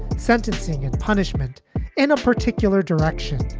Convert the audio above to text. sentencing and punishment in a particular direction.